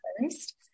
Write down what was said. first